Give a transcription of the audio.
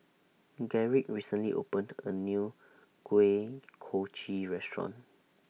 Gerrit recently opened A New Kuih Kochi Restaurant